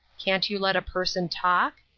can't you let a person talk?